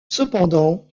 cependant